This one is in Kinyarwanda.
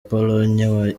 pologne